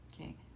okay